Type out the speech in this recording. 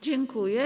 Dziękuję.